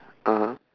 (uh huh)